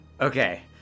Okay